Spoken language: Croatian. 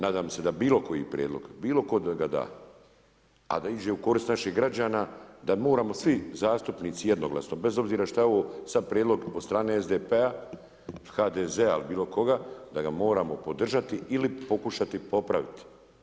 Nadam se da bilo koji prijedlog, bilo tko da ga da, a da ide u korist naših građana da moramo svi zastupnici jednoglasno bez obzira što je ovo sada prijedlog od strane SDP-a, HDZ-a ili bilo koga da ga moramo podržati ili pokušati popraviti.